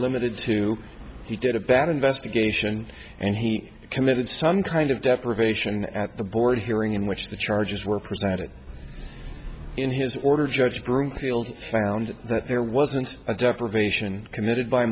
limited to he did a bad investigation and he committed some kind of deprivation at the board hearing in which the charges were presented in his order judge broomfield found that there wasn't a deprivation committed by